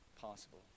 possible